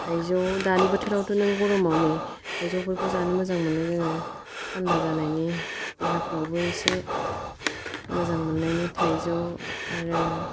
थायजौ दानि बोथोरावथ' नों गरमाव नै थायजौफोरखौ जानो मोजां मोनो जोङो थान्दा जानायनि देहाफ्रावबो इसे मोजां मोनायनि थायजौ आरो